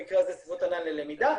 במקרה הזה סביבות ענן ללמידה,